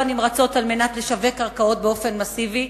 הנמרצות על מנת לשווק קרקעות באופן מסיבי,